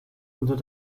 unter